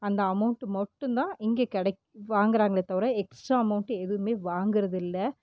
அந்த அமௌண்ட் மட்டும்தான் இங்கே கெட வாங்கிறாங்களே தவிர எக்ஸ்ட்ரா அமௌண்ட்டு எதுவுமே வாங்கிறது இல்லை